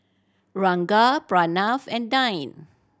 Ranga Pranav and Dhyan